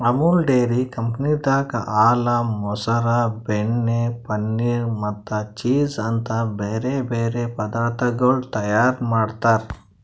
Amul dairy ಕಂಪನಿದಾಗ್ ಹಾಲ, ಮೊಸರ, ಬೆಣ್ಣೆ, ಪನೀರ್ ಮತ್ತ ಚೀಸ್ ಅಂತ್ ಬ್ಯಾರೆ ಬ್ಯಾರೆ ಪದಾರ್ಥಗೊಳ್ ತೈಯಾರ್ ಮಾಡ್ತಾರ್